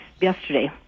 yesterday